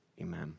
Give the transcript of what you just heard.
amen